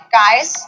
guys